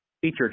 Featured